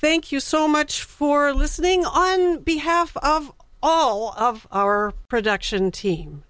thank you so much for listening on behalf of all of our production team